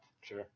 Sure